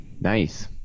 Nice